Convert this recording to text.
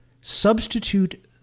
substitute